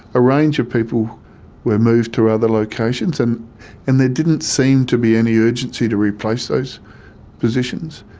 a range of people were moved to other locations. and and there didn't seem to be any urgency to replace those positions,